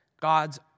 God's